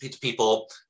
people